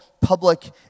public